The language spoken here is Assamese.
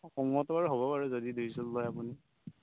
অঁ কমোৱাটো আৰু হ'ব বাৰু যদি দুইযোৰ লয় আপুনি